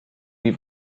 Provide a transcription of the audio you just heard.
wie